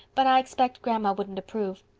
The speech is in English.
but i expect grandma wouldn't approve.